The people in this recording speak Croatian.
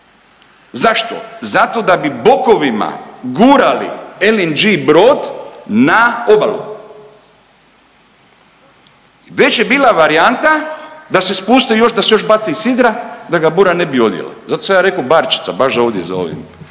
Zašto? Zato da bi bokovima gurali LNG brod na obalu. Već je bila varijanta da se spuste još, da se još bace i sidra da ga bura ne bi odnijela. Zato sam ja rekao barčica, baš ovdje za ovim